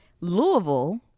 Louisville